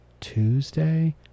tuesday